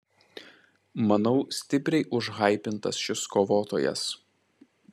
manau stipriai užhaipintas šis kovotojas